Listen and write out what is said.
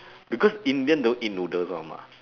because indian don't eat noodles [one] mah